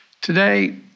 Today